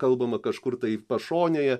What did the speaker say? kalbama kažkur tai pašonėje